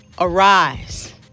Arise